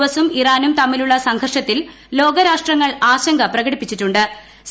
എസും ഇറാനും തമ്മിലുള്ള സംഘർഷത്തിൽ ലോകരാഷ്ട്രങ്ങൾ ആശങ്ക പ്രകടിപ്പിച്ചിട്ടു്